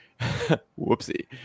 whoopsie